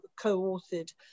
co-authored